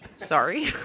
Sorry